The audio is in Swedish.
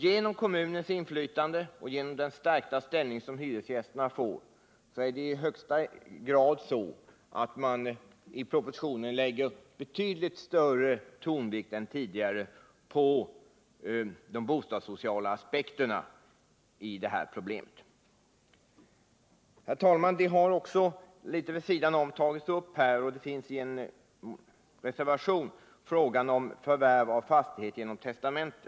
Genom förstärkningen av kommunens och hyresgästernas inflytande har man i propositionen betydligt starkare än tidigare betonat de bostadssociala aspekterna. Herr talman! Litet vid sidan av ämnet — det finns också en reservation — har man tagit upp frågan om förvärv av fastighet genom testamente.